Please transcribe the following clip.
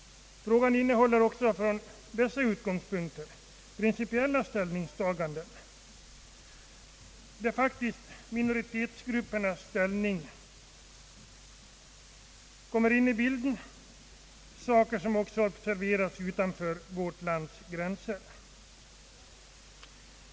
Frågan innehåller också från dessa utgångspunkter principiella ställningstaganden, där minoritetsgruppernas ställning kommer in i bilden, frågor som även observeras utanför vårt lands gränser.